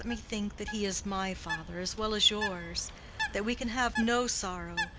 let me think that he is my father as well as yours that we can have no sorrow,